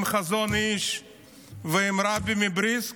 עם החזון איש ועם הרבי מבריסק,